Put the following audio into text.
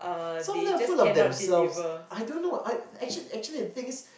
some of them are full of themselves I don't know I actually actually the thing is